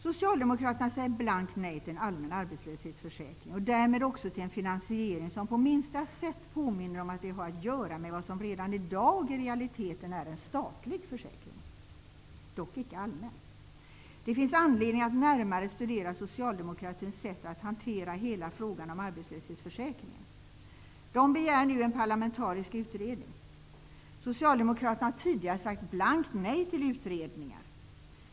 Socialdemokraterna säger blankt nej till en allmän arbetslöshetsförsäkring och därmed också till en finansiering som på minsta sätt påminner om att vi har att göra med vad som redan i dag i realiteten är en statlig försäkring, dock icke allmän. Det finns anledning att närmare studera socialdemokraternas sätt att hantera hela frågan om arbetslöshetsförsäkringen. De begär nu en parlamentarisk utredning. Socialdemokraterna har tidigare sagt blankt nej till utredningar.